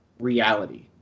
reality